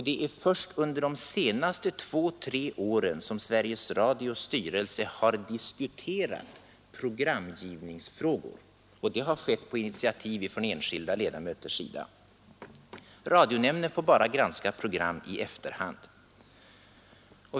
Det är först under de senaste två tre åren som Sveriges Radios styrelse har diskuterat programgivningsfrågor, och det har skett på initiativ från enskilda ledamöter. Radionämnden får bara granska program i efterhand.